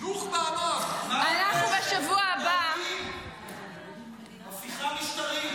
--- נוח'בה אמר --- אנחנו בשבוע הבא --- הפיכה משטרית,